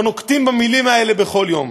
לא נוקטים את המילים האלה בכל יום.